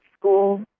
school